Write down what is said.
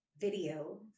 video